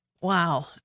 Wow